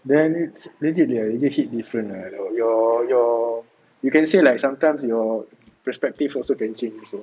then it's legit the legit hit different lah your your you can say like sometimes your perspective also can change also